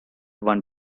one